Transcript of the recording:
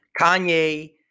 Kanye